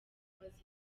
kubaza